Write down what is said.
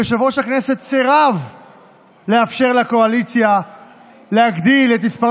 יושב-ראש הכנסת סירב לאפשר לקואליציה להגדיל את מספר